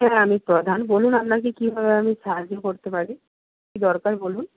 হ্যাঁ আমি প্রধান বলুন আপনাকে কীভাবে আমি সাহায্য করতে পারি কি দরকার বলুন